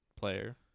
player